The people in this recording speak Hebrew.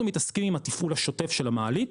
אנחנו מתעסקים עם התפעול השוטף של המעלית,